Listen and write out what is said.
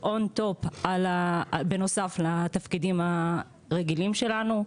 און-טופ בנוסף לתפקידים הרגילים שלנו,